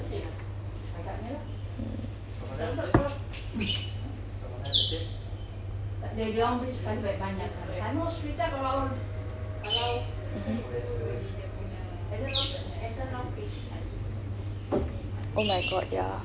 mm mmhmm oh my god ya